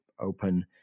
open